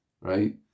right